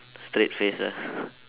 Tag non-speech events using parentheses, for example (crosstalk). straight face ah (laughs)